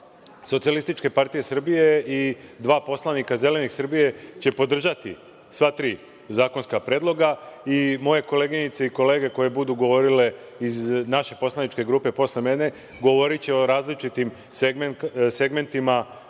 poslanička grupa SPS i dva poslanika Zelenih Srbije će podržati sva tri zakonska predloga. Moje koleginice i kolege koje budu govorile iz naše poslaničke grupe, posle mene, govoriće o različitim segmentima